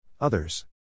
Others